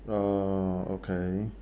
uh okay